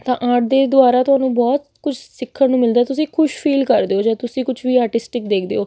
ਤਾਂ ਆਰਟ ਦੇ ਦੁਆਰਾ ਤੁਹਾਨੂੰ ਬਹੁਤ ਕੁਛ ਸਿੱਖਣ ਨੂੰ ਮਿਲਦਾ ਤੁਸੀਂ ਖੁਸ਼ ਫੀਲ ਕਰਦੇ ਹੋ ਜਾ ਤੁਸੀਂ ਕੁਛ ਵੀ ਆਰਟਿਸਟਿਕ ਦੇਖਦੇ ਹੋ